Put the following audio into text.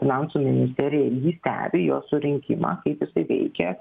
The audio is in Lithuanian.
finansų ministerija jį stebi jo surinkimą kaip jisai veikia